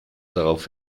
darauf